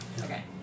Okay